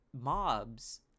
mobs